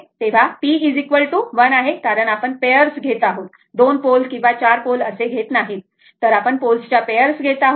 तर हे p 1 आहे कारण आपण पेयर्स घेत आहोत 2 पोल्स किंवा 4 पोल नाही तर आपण पोल्सच्या पेयर घेत आहोत